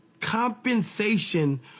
compensation